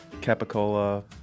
capicola